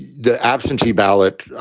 the absentee ballot